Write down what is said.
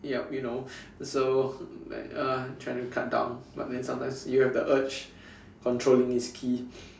yup you know so like uh trying to cut down but then sometimes you have the urge controlling is key